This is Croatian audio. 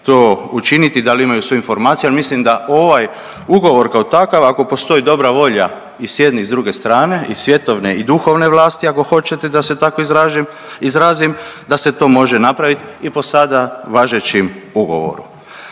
to učiniti, da li imaju sve informacije. Ali mislim da ovaj ugovor kao takav ako postoji dobra volja i s jedne i s druge strane i svjetovne i duhovne vlasti ako hoćete da se tako izrazim, da se to može napraviti i po sada važećem ugovoru.